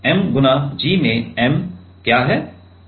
mg में m क्या है